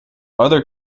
other